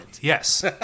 Yes